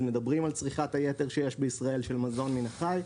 מדברים על צריכת היתר שיש בישראל של מזון מן החי.